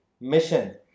mission